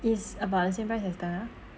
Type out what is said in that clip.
it's about the same price as tengah